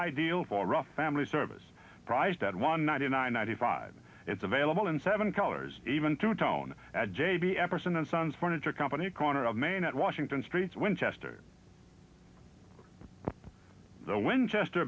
ideal for rough family service priced at one ninety nine ninety five it's available in seven colors even two tone at j b epperson and sons furniture company corner of main at washington street winchester the winchester